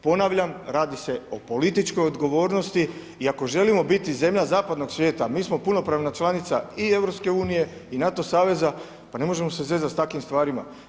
Ponavljam, radi o političkoj odgovornosti i ako želimo biti zemlja zapadnog svijeta, mi smo punopravna članica i EU i NATO saveza pa ne možemo se zezat s takvim stvarima.